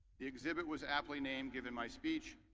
the exhibit was aptly named, given my speech,